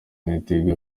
niteguye